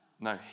No